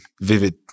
vivid